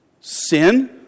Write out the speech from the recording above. sin